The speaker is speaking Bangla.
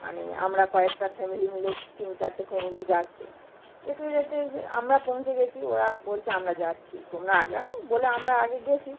মানে আমরা কয়েকটা ফ্যামিলি মিলে তিন চারটে ফ্যামিলি যাচ্ছে যেতে যেতে আমরা পৌঁছে গেছি ওরা বলছে আমরা যাচ্ছি তোমরা আগাও বলে আমরা আগে গেছি